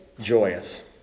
joyous